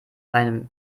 einem